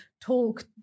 talk